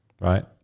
right